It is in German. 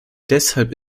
deshalb